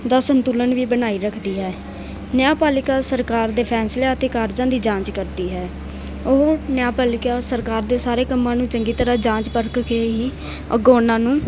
ਦਾ ਸੰਤੁਲਨ ਵੀ ਬਣਾਈ ਰੱਖਦੀ ਹੈ ਨਿਆਂਪਾਲਿਕਾ ਸਰਕਾਰ ਦੇ ਫੈਸਲੇ ਅਤੇ ਕਾਰਜਾਂ ਦੀ ਜਾਂਚ ਕਰਦੀ ਹੈ ਉਹ ਨਿਆਂਪਾਲਿਕਾ ਸਰਕਾਰ ਦੇ ਸਾਰੇ ਕੰਮਾਂ ਨੂੰ ਚੰਗੀ ਤਰ੍ਹਾਂ ਜਾਂਚ ਪਰਖ ਕੇ ਹੀ ਅੱਗੋਂ ਉਹਨਾਂ ਨੂੰ